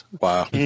wow